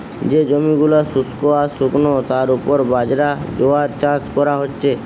যে জমি গুলা শুস্ক আর শুকনো তার উপর বাজরা, জোয়ার চাষ কোরা হচ্ছে